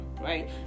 right